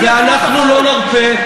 ואנחנו לא נרפה,